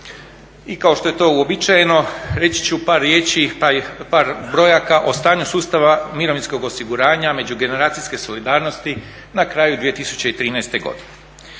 I kao što je to uobičajeno reći ću par riječi, par brojaka o stanju sustava mirovinskog osiguranja, međugeneracijske solidarnosti na kraju 2013. godine.